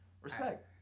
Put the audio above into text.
Respect